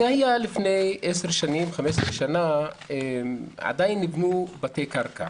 זה היה לפני 15-10 שנים, אז עדיין נבנו בתי קרקע.